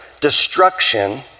destruction